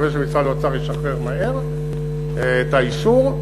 אני מקווה שמשרד האוצר ישחרר מהר את האישור,